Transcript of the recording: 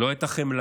לא את החמלה,